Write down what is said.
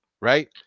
right